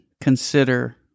consider